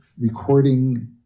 recording